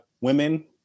women